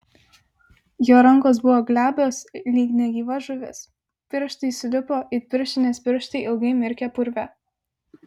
jo rankos buvo glebios lyg negyva žuvis pirštai sulipo it pirštinės pirštai ilgai mirkę purve